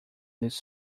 this